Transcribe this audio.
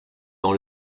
dans